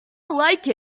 like